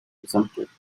presumptive